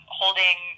holding